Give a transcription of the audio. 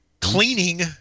cleaning